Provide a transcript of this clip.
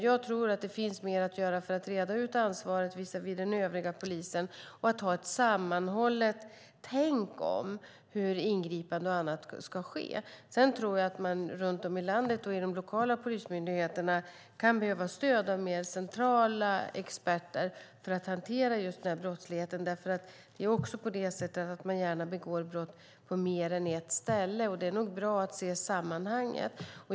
Jag tror dock att det finns mer att göra för att reda ut ansvaret visavi den övriga polisen och för att ha ett sammanhållet tänk om hur ingripanden och annat ska ske. Jag tror att de lokala polismyndigheterna runt om i landet kan behöva stöd av mer centrala experter för att hantera denna brottslighet. Dessa brott begås nämligen ofta på mer än ett ställe, och då är det bra att se sammanhanget.